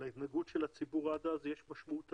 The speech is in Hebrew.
להתנהגות של הציבור עד אז יש משמעות עצומה.